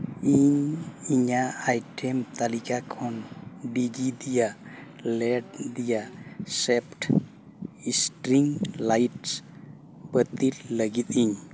ᱤᱧ ᱤᱧᱟᱹᱜ ᱟᱭᱴᱮᱢ ᱛᱟᱹᱞᱤᱠᱟ ᱠᱷᱚᱱ ᱰᱤᱡᱤᱫᱤᱭᱟ ᱞᱮᱰ ᱫᱤᱭᱟ ᱥᱮᱯᱴ ᱤᱥᱴᱨᱤᱝ ᱞᱟᱭᱤᱴ ᱵᱟᱹᱛᱤᱞ ᱞᱟᱹᱜᱤᱫ ᱤᱧ